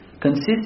consists